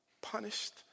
Punished